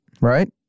Right